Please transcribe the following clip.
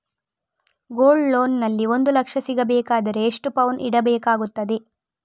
Gold loan ನಲ್ಲಿ ಒಂದು ಲಕ್ಷ ಸಿಗಬೇಕಾದರೆ ಎಷ್ಟು ಪೌನು ಇಡಬೇಕಾಗುತ್ತದೆ?